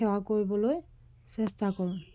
সেৱা কৰিবলৈ চেষ্টা কৰোঁ